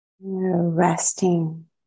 Resting